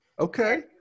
Okay